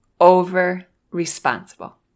over-responsible